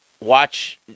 watch